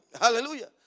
Hallelujah